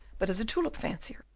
but as a tulip-fancier,